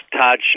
Todd